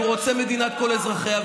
הוא רוצה מדינת כל אזרחיה,